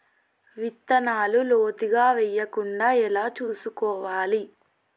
విత్తనాలు లోతుగా వెయ్యకుండా ఎలా చూసుకోవాలి?